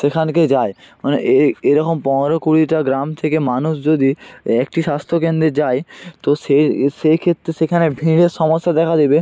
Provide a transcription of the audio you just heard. সেখানকে যায় মানে এই এরকম পনেরো কুড়িটা গ্রাম থেকে মানুষ যদি একটি স্বাস্থ্যকেন্দ্রে যায় তো সেই সেইক্ষেত্রে সেখানে ভিড়ের সমস্যা দেখা দেবে